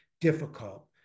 difficult